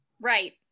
right